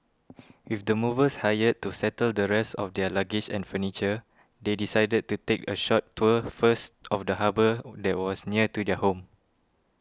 with the movers hired to settle the rest of their luggage and furniture they decided to take a short tour first of the harbour that was near new their home